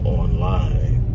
online